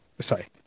sorry